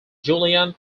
julian